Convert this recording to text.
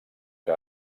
que